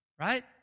right